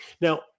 Now